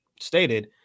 stated